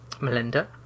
Melinda